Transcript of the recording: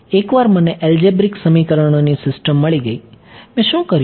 એકવાર મને એલ્જિબ્રિક સમીકરણોની સિસ્ટમ મળી ગઈ મેં શું કર્યું